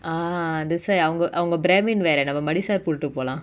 ah that's why அவங்க அவங்க:avanga avanga bramin வேர நம்ம:vera namma madisar கூட்டு போலா:kootu pola